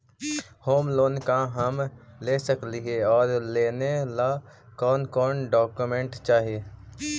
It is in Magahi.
होम लोन का हम ले सकली हे, और लेने ला कोन कोन डोकोमेंट चाही?